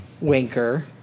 Winker